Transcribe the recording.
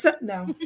No